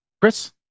Chris